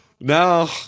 no